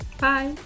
bye